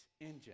engine